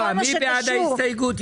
מי בעד קבלת ההסתייגות?